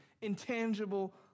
intangible